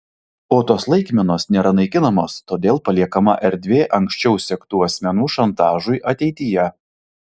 o tos laikmenos nėra naikinamos todėl paliekama erdvė anksčiau sektų asmenų šantažui ateityje